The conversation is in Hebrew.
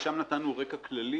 ושם נתנו רקע כללי.